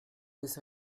des